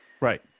right